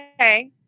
okay